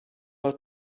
out